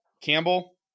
Campbell